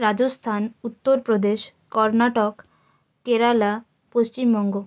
Rajasthan Uttar Pradesh Karnataka Kerala Paschimbanga